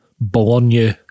Bologna